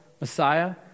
Messiah